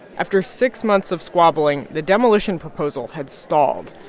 after six months of squabbling, the demolition proposal had stalled.